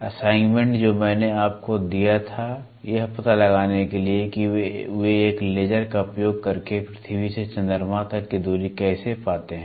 assignment जो मैंने आपको दिया था यह पता लगाने के लिए कि वे एक लेजर का उपयोग करके पृथ्वी से चंद्रमा तक की दूरी कैसे पाते हैं